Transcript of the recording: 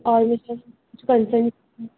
اور کچھ کنسینٹ